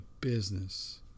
business